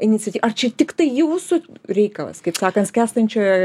iniciatyva ar čia tiktai jūsų reikalas kaip sakant skęstančiojo